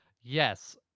yes